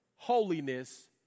holiness